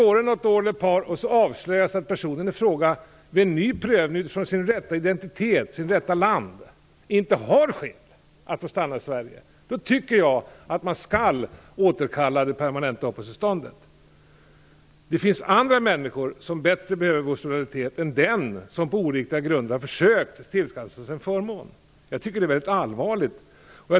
Vid en ny prövning efter ett par år avslöjas det att personen i fråga har en annan identitet och kommer från ett annat land än det som han tidigare har uppgett och därmed inte har skäl att få stanna i Sverige. Då tycker jag att man skall återkalla det permanenta uppehållstillståndet. Det finns andra människor som bättre behöver vår solidaritet än den som på oriktiga grunder har försökt tillskansa sig en förmån. Jag tycker att det är mycket allvarligt.